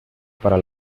para